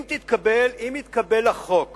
אם יתקבל החוק